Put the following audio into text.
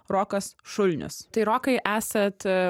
rokas šulnius tai rokai esat